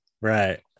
right